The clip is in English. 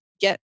get